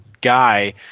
guy